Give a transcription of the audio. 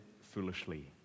foolishly